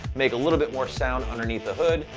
make a little bit more sound underneath the hood.